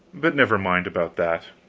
but never mind about that.